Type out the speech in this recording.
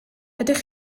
ydych